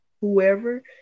whoever